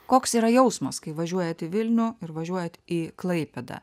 koks yra jausmas kai važiuojat į vilnių ir važiuojat į klaipėdą